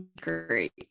great